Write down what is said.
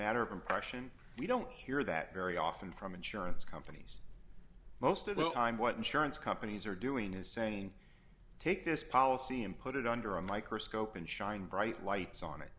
matter of impression we don't hear that very often from insurance companies most of the time what insurance companies are doing is saying take this policy and put it under a microscope and shine bright lights on it